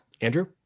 Andrew